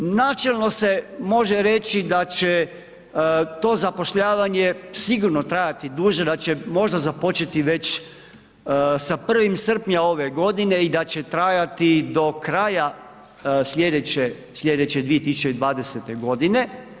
Načelno se može reći da će to zapošljavanje sigurno trajati duže, da će možda započeti već sa 1. srpnja ove godine i da će trajati do kraja sljedeće 2020. godine.